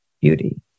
beauty